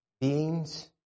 beings